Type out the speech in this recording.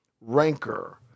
rancor